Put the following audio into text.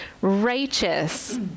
righteous